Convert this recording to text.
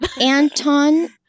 Anton